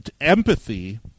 empathy